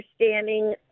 understanding